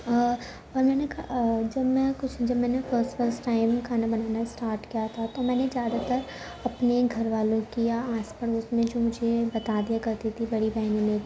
اور میں نے جب میں کچھ جب میں نے فسٹ فسٹ ٹائم کھانا بنانا اسٹارٹ کیا تھا تو میں نے جیادہ تر اپنے گھر والوں کی یا آس پڑوس میں جو مجھے بتا دیا کرتی تھی بڑی بہن ہے میری